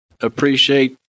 appreciate